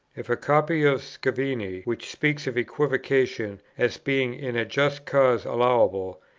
if a copy of scavini, which speaks of equivocation as being in a just cause allowable,